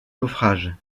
naufrage